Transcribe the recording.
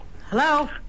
Hello